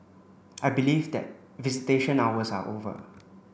I believe that visitation hours are over